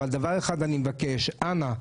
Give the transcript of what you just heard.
אבל דבר אחד אני מבקש: אנא,